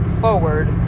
forward